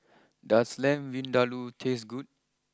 does Lamb Vindaloo taste good